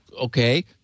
okay